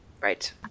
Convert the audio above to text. Right